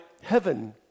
heaven